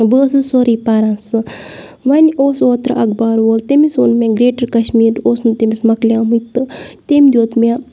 بٕہ ٲسٕس سورُے پَران سُہ وَنہِ اوس اوترٕ اَخبار وول تٔمِس وۆن مےٚ گرٛیٹَر کَشمیٖر اوس نہٕ تٔمِس مَکلیمٕتۍ تہٕ تٔمۍ دیُت مےٚ